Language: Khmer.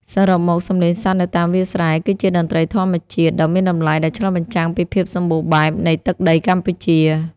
សរុបមក សំឡេងសត្វនៅតាមវាលស្រែគឺជាតន្ត្រីធម្មជាតិដ៏មានតម្លៃ ដែលឆ្លុះបញ្ចាំងពីភាពសម្បូរបែបនៃទឹកដីកម្ពុជា។